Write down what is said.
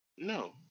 No